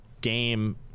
game